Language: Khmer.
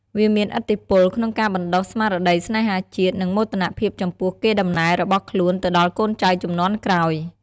វាមានឥទ្ធិពល ក្នុងការបណ្តុះស្មារតីស្នេហាជាតិ និងមោទកភាពចំពោះកេរ្តិ៍ដំណែលរបស់ខ្លួនទៅដល់កូនចៅជំនាន់ក្រោយ។